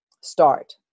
start